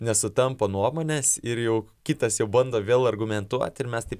nesutampa nuomonės ir jau kitas jau bando vėl argumentuoti ir mes taip